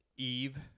Eve